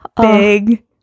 big